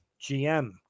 GM